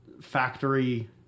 factory